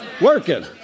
working